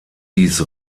dies